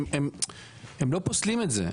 הם לא פוסלים את זה,